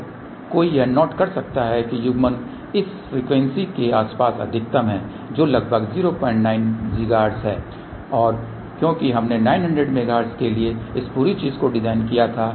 और कोई यह नोट कर सकता है कि युग्मन इस फ़्रीक्वेंसी के आसपास अधिकतम है जो लगभग 09 गीगाहर्ट्ज़ है और क्योंकि हमने 900 मेगाहर्ट्ज के लिए इस पूरी चीज़ को डिज़ाइन किया था